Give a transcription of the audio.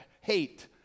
hate